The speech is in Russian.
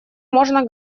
можно